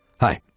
Hi